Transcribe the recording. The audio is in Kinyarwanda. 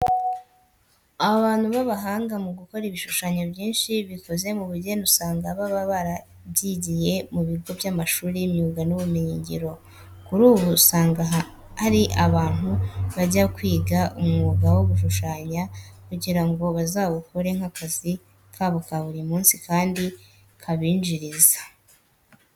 Abantu b'abahanga mu gukora ibishushanyo byinshi bikoze mu bugeni usanga baba barabyigiye mu bigo by'amashuri y'imyuga n'ubumenyingiro. Kuri ubu usanga hari abantu bajya kwiga umwuga wo gushushanya kugira ngo bazawukore nk'akazi kabo ka buri munsi kandi kabinjiriza.